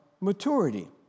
maturity